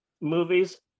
movies